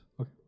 Okay